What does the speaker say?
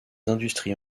industries